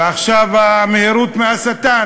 ועכשיו המהירות מהשטן.